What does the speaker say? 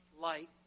light